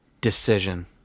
decision